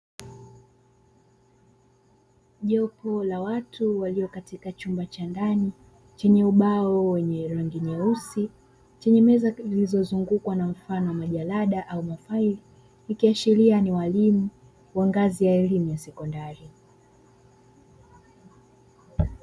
Jopo la watu walio katika chumba cha ndani chenye ubao wenye rangi nyeusi chenye meza zilizozungukwa na mfano wa majalada au mafaili, ikiashiria ni walimu wa ngazi ya elimu ya sekondari.